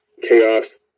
chaos